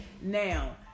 Now